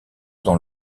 dans